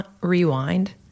rewind